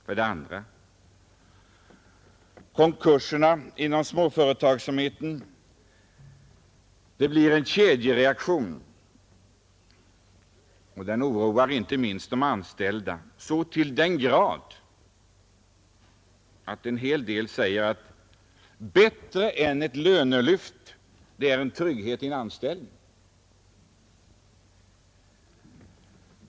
För det andra är det konkurserna inom småföretagsamheten. Det blir en kedjereaktion, och den oroar inte minst de anställda så till den grad att en hel del av dem säger: Bättre än ett lönelyft är trygghet i anställningen.